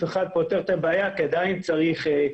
אחד פותר את הבעיה כי עדיין צריך לפעמים את